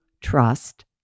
trust